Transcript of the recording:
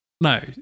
no